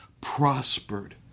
prospered